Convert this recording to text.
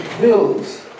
bills